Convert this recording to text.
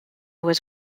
was